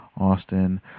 Austin